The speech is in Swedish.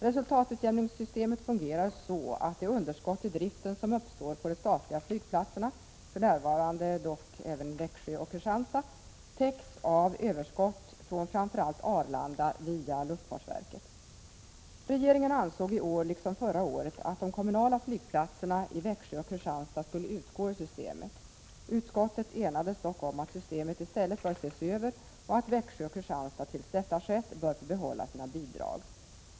Resultatutjämningssystemet fungerar så, att det underskott i driften som uppstår på de statliga flygplatserna, för närvarande dock även Växjö och Kristianstad, täcks av överskott från framför allt Arlanda via luftfartsverket. Regeringen ansåg i år liksom förra året att de kommunala flygplatserna i Växjö och Kristianstad skulle utgå ur systemet. Utskottet enades dock om att systemet i stället bör ses över och att Växjö och Kristianstad tills detta skett bör få behålla sina bidrag.